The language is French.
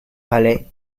palais